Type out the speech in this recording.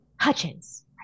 Hutchins